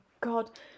god